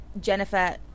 Jennifer